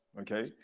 okay